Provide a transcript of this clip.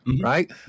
right